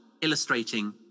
illustrating